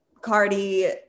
cardi